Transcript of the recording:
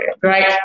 Great